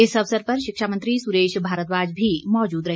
इस अवसर पर शिक्षा मंत्री सुरेश भारद्वाज भी मौजूद रहे